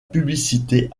publicité